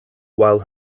while